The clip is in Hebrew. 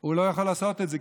הוא לא יכול לעשות את זה,